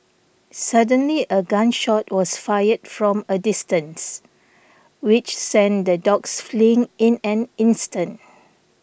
suddenly a gun shot was fired from a distance which sent the dogs fleeing in an instant